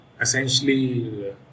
essentially